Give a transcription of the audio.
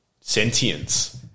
sentience